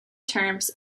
terms